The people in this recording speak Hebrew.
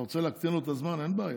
אתה רוצה לקצוב לו את הזמן, אין בעיה,